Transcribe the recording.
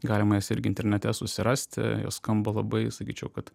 galima jas irgi internete susirasti jos skamba labai sakyčiau kad